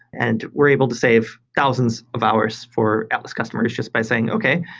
and we're able to save thousands of hours for atlas customers just by saying, okay.